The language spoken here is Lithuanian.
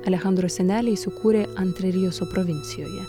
alechandro seneliai įsikūrė antrerijeso provincijoje